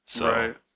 Right